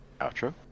Outro